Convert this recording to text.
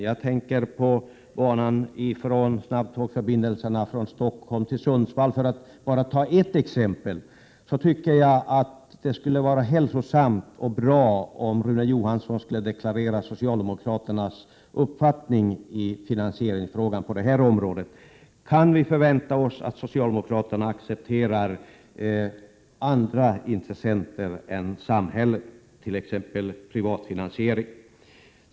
För att bara ta ett exempel så tänker jag på snabbtågsförbindelsen från Stockholm till Sundsvall. Det skulle vara hälsosamt och bra om Rune Johansson kunde deklarera socialdemokraternas uppfattning när det gäller finansieringen på det här området. Kan vi förvänta oss att socialdemokraterna accepterar andra intressenter än samhället, t.ex. privatfinansiering?